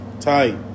Tight